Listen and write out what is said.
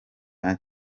nta